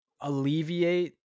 alleviate